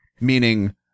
meaning